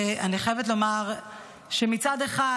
אני חייבת לומר שמצד אחד,